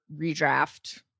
redraft